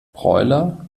broiler